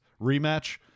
rematch